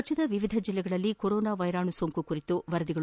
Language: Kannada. ರಾಜ್ಯದ ವಿವಿಧ ಜಿಲ್ಲೆಗಳಲ್ಲಿ ಕೊರೊನಾ ವೈರಾಣು ಸೋಂಕು ಕುರಿತು ವರದಿಗಳು